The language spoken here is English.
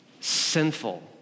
Sinful